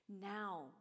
Now